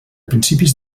principis